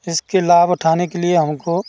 इसके लाभ उठाने के लिए हमको